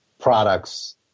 products